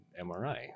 mri